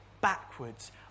backwards